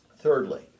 thirdly